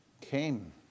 came